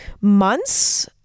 months